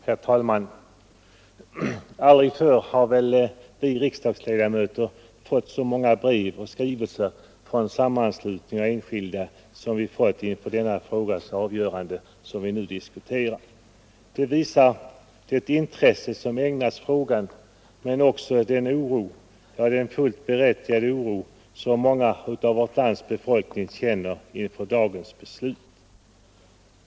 Herr talman! Aldrig förr har väl vi riksdagsledamöter fått så många brev och skrivelser från sammanslutningar och enskilda som vi fått inför den frågas avgörande som vi nu diskuterar. Det visar det intresse som ägnats frågan men också den oro, ja den fullt berättigade oro, som många av vårt lands befolkning känner inför dagens beslut.